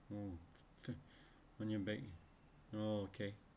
oh when you back ah oh okay